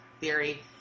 theory